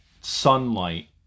sunlight